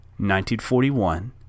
1941